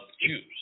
Jews